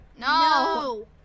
No